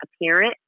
appearance